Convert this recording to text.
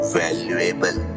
valuable